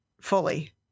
fully